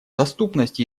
доступность